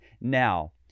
now